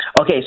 okay